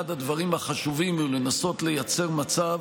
אחד הדברים החשובים הוא לנסות לייצר מצב